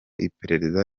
iperereza